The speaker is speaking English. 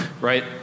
right